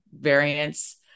variants